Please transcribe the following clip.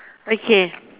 okay